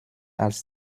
als